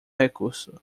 recurso